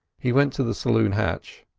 he went to the saloon hatch.